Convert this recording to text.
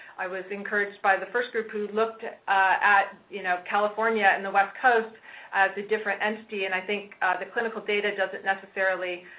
i was encouraged by the first group who looked at, you know, california and the west coast as a different entity, and i think the clinical data doesn't necessarily